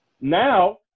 Now